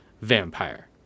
vampire